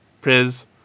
pris